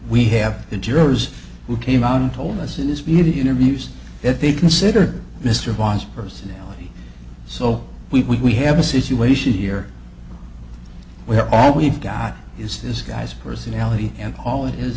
we have the jurors who came out and told us in this media interviews that they consider mr wise personality so we have a situation here where all we've got is this guy's personality and all it is